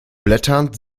blätternd